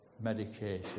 medication